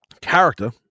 Character